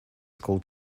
school